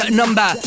number